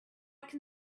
can